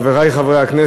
יש שר.